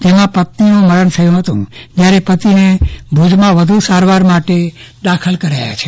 જેમાં પત્નીનું મૃત્યુ થયું હતું જયારે પતિને ભુજમાં સારવાર માટે દાખલ કરાયા છે